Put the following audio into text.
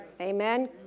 Amen